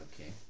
okay